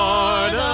Lord